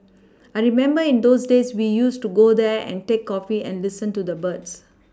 I remember in those days we used to go there and take coffee and listen to the birds